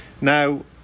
Now